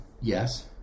yes